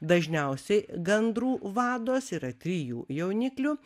dažniausiai gandrų vados yra trijų jauniklių